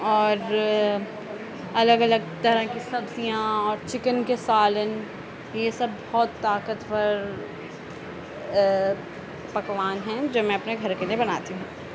اور الگ الگ طرح کی سبزیاں اور چکن کے سالن یہ سب بہت طاقتور پکوان ہیں جو میں اپنے گھر کے لیے بناتی ہوں